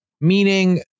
meaning